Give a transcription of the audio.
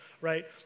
right